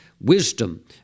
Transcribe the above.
wisdom